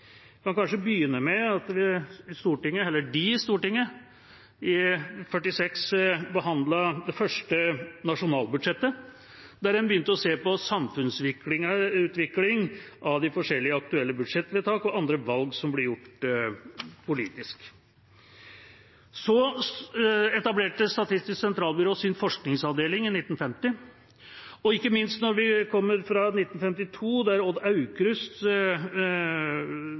kan kanskje begynne med at en i Stortinget i 1946 behandlet det første nasjonalbudsjettet, der en begynte å se på samfunnsutviklingen i lys av de forskjellige aktuelle budsjettvedtak og andre valg som ble gjort politisk. Så etablerte Statistisk sentralbyrå sin forskningsavdeling i 1950, og ikke minst fra 1952, og da Odd Aukrust begynte i Statistisk sentralbyrå, har vi hatt en utvikling som det